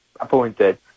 appointed